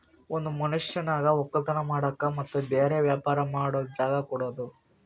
ಒಂದ್ ಮನಷ್ಯಗ್ ವಕ್ಕಲತನ್ ಮಾಡಕ್ ಮತ್ತ್ ಬ್ಯಾರೆ ವ್ಯಾಪಾರ ಮಾಡಕ್ ಜಾಗ ಕೊಡದು